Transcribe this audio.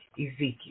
Ezekiel